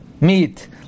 meat